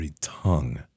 tongue